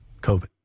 COVID